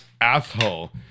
asshole